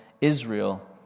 Israel